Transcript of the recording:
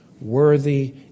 worthy